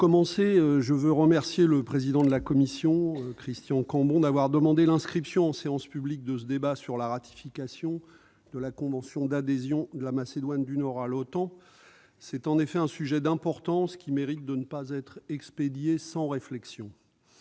pour commencer, je tiens à remercier le président de la commission, Christian Cambon, d'avoir demandé l'inscription en séance publique de ce débat sur la ratification de la convention d'adhésion de la Macédoine du Nord à l'OTAN. C'est en effet un sujet d'importance, qui ne saurait être expédié sans réflexion.